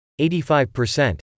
85%